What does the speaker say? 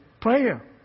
prayer